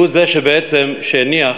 שהוא זה שבעצם הניח